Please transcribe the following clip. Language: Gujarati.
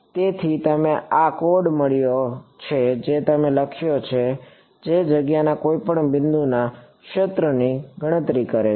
તેથી તમને આ કોડ મળ્યો છે જે તમે લખ્યો છે જે જગ્યાના કોઈપણ બિંદુએ ક્ષેત્રની ગણતરી કરે છે